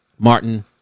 Martin